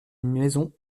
maisons